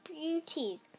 beauties